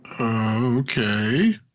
okay